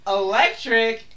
electric